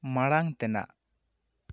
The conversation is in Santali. ᱢᱟᱲᱟᱝ ᱛᱮᱱᱟᱜ